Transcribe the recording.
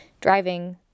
driving